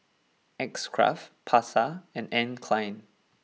X Craft Pasar and Anne Klein